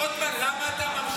רוטמן, למה אתה ממשיך להסית?